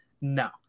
no